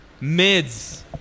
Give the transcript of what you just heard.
mids